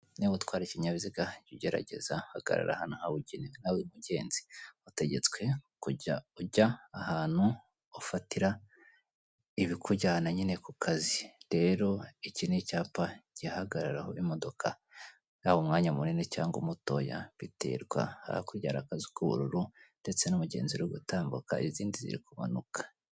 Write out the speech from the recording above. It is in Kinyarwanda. Niba utwara ikinyabiziga gerageza hagarara ahantu habugenewe, nawe mugenzi utegetswe kujya ujya ahantu ufatira ibikujyana nyine ku kazi. Rero iki ni icyapa gihagararaho imodoka yaba umwanya munini cyangwa umutoya biterwa hari akazu k'ubururu ndetse n'umugenzi urigatambuka izindi ziri kumanuka.